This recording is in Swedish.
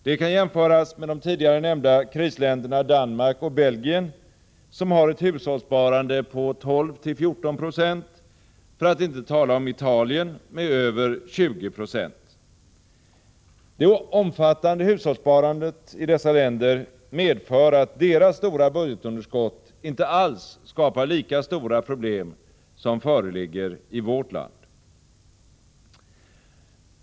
Det kan jämföras med de tidigare nämnda krisländerna Danmark och Belgien, som har ett hushållssparande på 12-14 96 — för att inte tala om Italien med över 2076. Det omfattande hushållssparandet i dessa länder medför att deras stora budgetunderskott inte alls skapar lika stora problem som föreligger i vårt land.